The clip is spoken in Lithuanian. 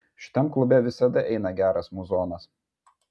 šitam klube visada eina geras muzonas